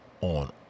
on